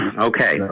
Okay